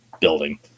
building